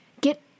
get